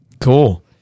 cool